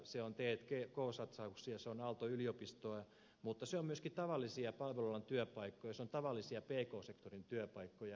se on t k satsauksia se on aalto yliopistoa mutta se on myöskin tavallisia palvelualan työpaikkoja se on tavallisia pk sektorin työpaikkoja